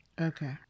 Okay